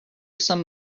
some